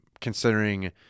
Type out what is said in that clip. considering